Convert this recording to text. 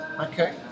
Okay